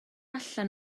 allan